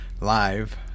live